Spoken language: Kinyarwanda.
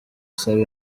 asaba